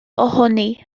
ohoni